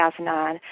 2009